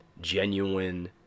genuine